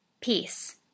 peace